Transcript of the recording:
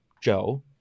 Joe